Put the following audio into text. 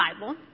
Bible